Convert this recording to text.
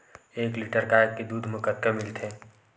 एक लीटर गाय के दुध कतका म मिलथे?